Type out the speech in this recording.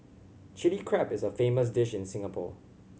Chilli Crab is a famous dish in Singapore